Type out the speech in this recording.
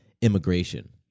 immigration